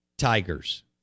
Tigers